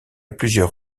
plusieurs